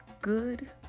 Good